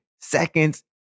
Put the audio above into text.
seconds